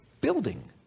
building